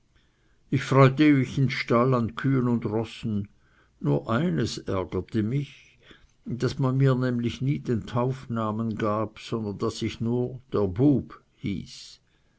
ich freute mich im stall an kühen und rossen nur eines ärgerte mich daß man mir nämlich nie den taufnamen gab sondern daß ich nur der bueb hieß